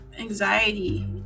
anxiety